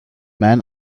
man